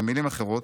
במילים אחרות,